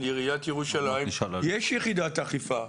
ולעיריית ירושלים יש יחידת אכיפה,